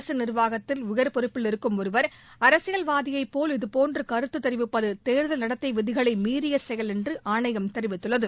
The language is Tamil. அரசு நீர்வாகத்தில் உயர் பொறுப்பில் இருக்கும் ஒருவர் அரசியல்வாதியைப் போல் இதுபோன்று கருத்து தெரிவிப்பது தேர்தல் நடத்தை விதிகளை மீறிய செயல் என்று ஆணையம் தெரிவித்துள்ளது